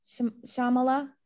Shamala